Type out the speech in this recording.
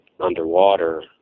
underwater